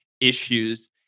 issues